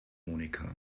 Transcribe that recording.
monika